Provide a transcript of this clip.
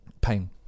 pain